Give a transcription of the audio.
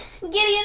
Gideon